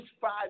five